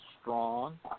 strong